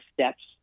steps